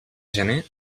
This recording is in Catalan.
gener